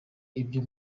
ibyo